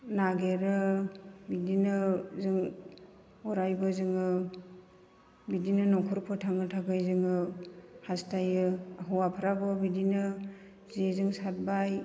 नागिरो बिदिनो जों अरायबो जोङो बिदिनो न'खर फोथांनो थाखाय जोङो हास्थायो हौवाफ्राबो बिदिनो जेजों सारबाय